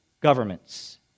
governments